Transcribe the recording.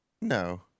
No